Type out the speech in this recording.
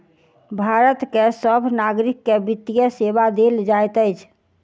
भारत के सभ नागरिक के वित्तीय सेवा देल जाइत अछि